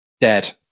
dead